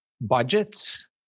budgets